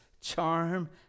charm